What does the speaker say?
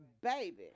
Baby